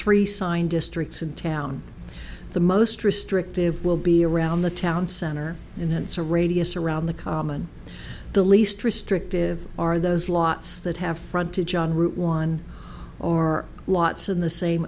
three signed districts and town the most restrictive will be around the town center and then it's a radius around the common the least restrictive are those lots that have frontage on route one or lots in the same